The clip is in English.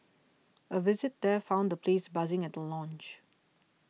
a visit there found the place buzzing at the launch